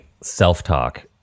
self-talk